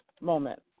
moment